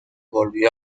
volvió